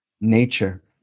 Nature